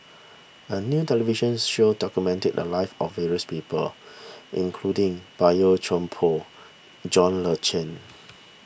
a new televisions show documented the lives of various people including Boey Chuan Poh John Le Cain